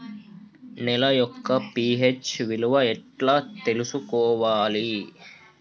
నేల యొక్క పి.హెచ్ విలువ ఎట్లా తెలుసుకోవాలి?